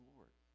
Lord